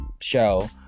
show